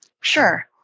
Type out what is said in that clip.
Sure